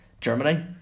Germany